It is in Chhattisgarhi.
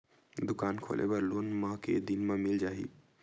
दुकान खोले बर लोन मा के दिन मा मिल जाही?